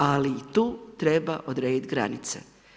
Ali tu treba odrediti granice.